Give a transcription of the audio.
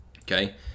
okay